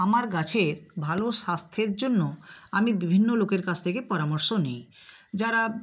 আমার গাছের ভালো স্বাস্থ্যের জন্য আমি বিভিন্ন লোকের কাছ থেকে পরামর্শ নিই যারা